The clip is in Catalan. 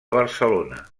barcelona